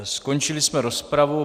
Skončili jsme rozpravu.